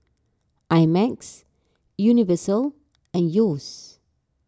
I Max Universal and Yeo's